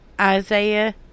isaiah